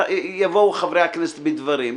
יבואו חברי הכנסת בדברים.